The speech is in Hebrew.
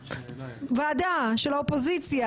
ועדה של האופוזיציה,